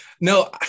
No